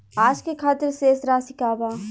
आज के खातिर शेष राशि का बा?